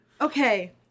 Okay